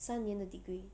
三年的 degree